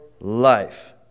life